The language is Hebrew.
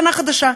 שנה חדשה.